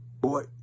Boy